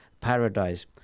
Paradise